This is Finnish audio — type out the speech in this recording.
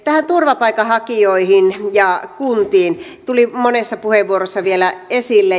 tähän turvapaikanhakijoihin ja kuntiin tuli monessa puheenvuorossa vielä esille